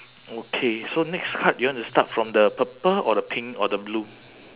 okay so next card you want to start from the purple or the pink or the blue